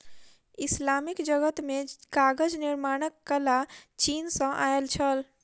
Islamic जगत मे कागज निर्माणक कला चीन सॅ आयल छल